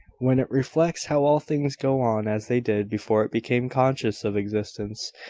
when it reflects how all things go on as they did before it became conscious of existence,